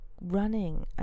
running